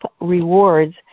rewards